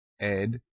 ed